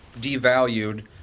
devalued